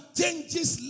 changes